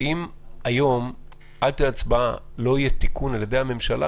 שאם עד ההצבעה היום לא יהיה תיקון על ידי הממשלה,